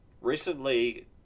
Recently